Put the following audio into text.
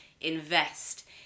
invest